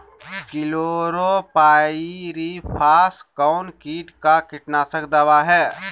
Chlorpyrifos कौन किट का कीटनाशक दवा है?